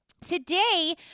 Today